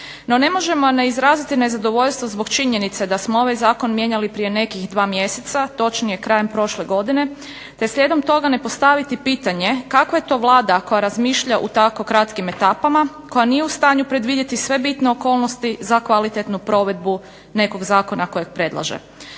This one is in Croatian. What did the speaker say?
No, ne može ne izraziti nezadovoljstvo zbog činjenice da smo ovaj zakon mijenjali prije nekih 2 mjeseca točnije krajem prošle godine, te slijedom toga ne postaviti pitanje, kakva je to Vlada koja razmišlja u tako kratkim etapama, koja nije u stanju predvidjeti sve bitne okolnosti za kvalitetnu provedbu nekog zakona koji predlaže?